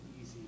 easy